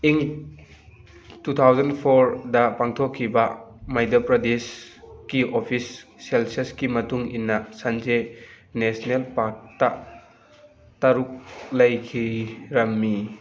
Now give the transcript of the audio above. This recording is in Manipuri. ꯏꯪ ꯇꯨ ꯊꯥꯎꯖꯟ ꯐꯣꯔꯗ ꯄꯥꯡꯊꯣꯛꯈꯤꯕ ꯃꯩꯙ꯭ꯌꯥ ꯄ꯭ꯔꯗꯦꯁꯀꯤ ꯑꯣꯐꯤꯁ ꯁꯦꯟꯁꯁꯀꯤ ꯃꯇꯨꯡ ꯏꯟꯅ ꯁꯟꯖꯦ ꯅꯦꯁꯅꯦꯜ ꯄꯥꯔꯛꯇ ꯇꯔꯨꯛ ꯂꯩꯈꯤꯔꯝꯃꯤ